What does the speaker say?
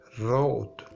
Road